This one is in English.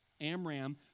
Amram